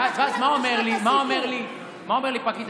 ואז, מה אומר לי הפרקליט?